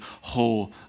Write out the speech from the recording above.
whole